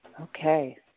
Okay